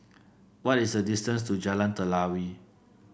what is the distance to Jalan Telawi